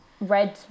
red